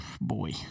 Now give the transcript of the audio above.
Boy